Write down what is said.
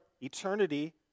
eternity